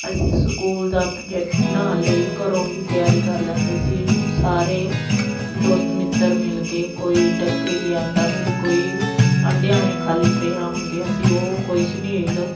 ਅਸੀਂ ਸਕੂਲ ਦਾ ਪ੍ਰੋਜੈਕਟ ਬਣਾਉਣ ਲਈ ਘਰੋਂ ਹੀ ਤਿਆਰੀ ਕਰ ਲੈਂਦੇ ਸੀ ਸਾਰੇ ਦੋਸਤ ਮਿੱਤਰ ਮਿਲ ਕੇ ਕੋਈ ਡੱਕੇ ਲਿਆਉਂਦਾ ਸੀ ਕੋਈ ਅੰਡਿਆਂ ਵਾਲੀਆਂ ਖਾਲੀ ਟ੍ਰੇਆਂ ਹੁੰਦੀਆਂ ਸੀ ਉਹ ਕੋਈ ਸ਼ਨੀਲ